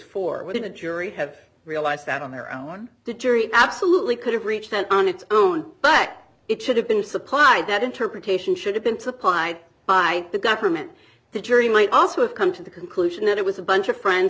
four when the jury have realized that on their own the jury absolutely could reach that on its own but it should have been supplied that interpretation should have been supplied by the government the jury might also have come to the conclusion that it was a bunch of friends